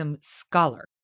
scholar